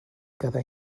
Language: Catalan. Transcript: quedà